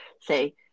say